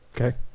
Okay